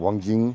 ꯋꯥꯡꯖꯤꯡ